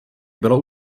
bylo